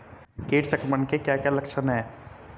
कीट संक्रमण के क्या क्या लक्षण हैं?